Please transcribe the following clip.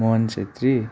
Mohan Chhetri